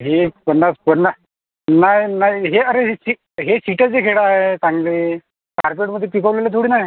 हे पन्नास पन्नास नाही नाही हे अरे ही हे केळं आहे चांगले कार्बनमध्ये पिकवलेले थोडी ना आहे